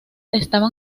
estaban